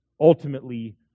ultimately